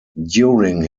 during